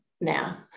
now